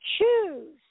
Choose